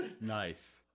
nice